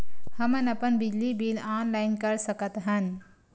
हमन अपन बिजली बिल ऑनलाइन कर सकत हन?